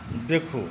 देखू